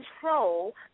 control